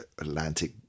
Atlantic